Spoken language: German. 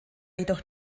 jedoch